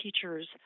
teachers